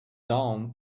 down